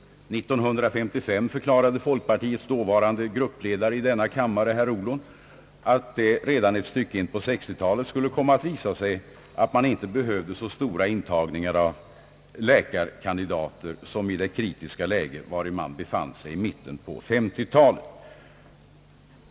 År 1955 förklarade folkpartiets dåvarande gruppledare i denna kammare, herr Ohlon, att det redan ett stycke in på 1960-talet skulle visa sig, att man inte behövde så stora intagningar av läkarkandidater som i det kritiska läget i mitten på 1950-talet.